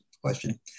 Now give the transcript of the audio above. question